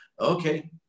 okay